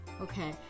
Okay